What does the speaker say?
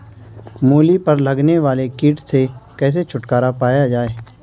मूली पर लगने वाले कीट से कैसे छुटकारा पाया जाये?